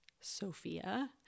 Sophia